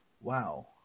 Wow